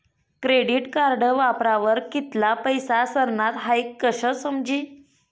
credit card वापरावर कित्ला पैसा सरनात हाई कशं समजी